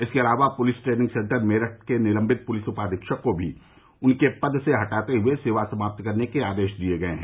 इसके अलावा police training centre Meerut के निलम्बित पुलिस उपाधीक्षक को भी उनके पद से हटाते हुए सेवा समाप्त करने के आदेश दिये गये हैं